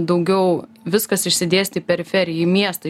daugiau viskas išsidėstę į periferiją į miestą